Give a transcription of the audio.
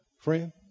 friend